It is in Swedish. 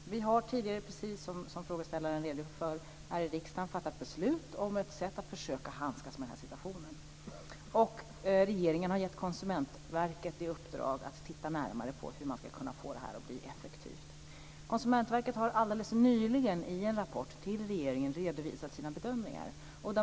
Vi har tidigare, precis som frågeställaren redogjorde för, här i riksdagen fattat beslut om ett sätt att försöka handskas med den här situationen. Regeringen har gett Konsumentverket i uppdrag att titta närmare på hur man ska kunna få det att bli effektivt. Konsumentverket har alldeles nyligen i en rapport till regeringen redovisat sina bedömningar.